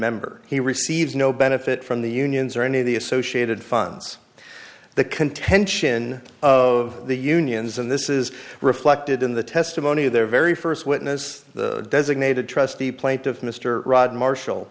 member he receives no benefit from the unions or any of the associated funds the contention of the unions and this is reflected in the testimony of their very first witness the designated trustee plaintiff mr rod marshall